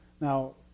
Now